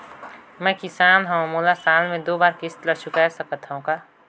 मैं किसान हव मोला साल मे दो बार किस्त ल चुकाय सकत हव का?